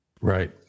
Right